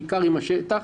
בעיקר עם השטח,